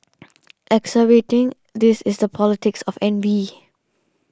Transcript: exacerbating this is the politics of envy